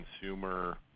consumer